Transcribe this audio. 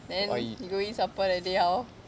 then you go eat supper that day how